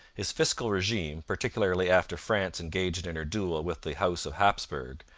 his fiscal regime, particularly after france engaged in her duel with the house of hapsburg,